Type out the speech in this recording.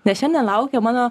nes šiandien laukia mano